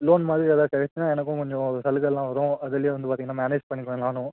loan மாதிரி ஏதாவது கிடச்சிச்சின்னா எனக்கும் கொஞ்சம் சலுகைலாம் வரும் அதுல வந்து பார்த்திங்கன்னா மேனேஜ் பண்ணிப்பேன் நானும்